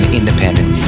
independent